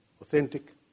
authentic